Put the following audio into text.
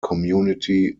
community